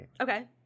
Okay